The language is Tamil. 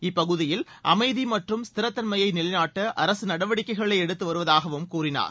இப்பகுதியில் அமைதி மற்றும் ஸ்திரத்தன்மையை நிலைநாட்ட அரசு நடவடிக்கைகளை எடுத்துவருவதாகவும் கூறினார்